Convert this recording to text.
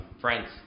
friends